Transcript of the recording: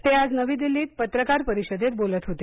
ते आज नवी दिल्लीत पत्रकार परिषदेत बोलत होते